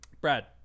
Brad